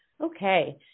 Okay